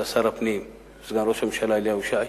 שר הפנים וסגן ראש הממשלה אליהו ישי,